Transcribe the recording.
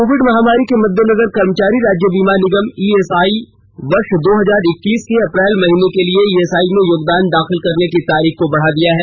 Covid महामारी के मद्देनजर कर्मचारी राज्य बीमा निगम ईएसआई ने वर्ष दो हजार इक्कीस के अप्रैल महीने के लिए ईएसआई में योगदान दाखिल करने की तारीख बढ़ा दी है